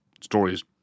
stories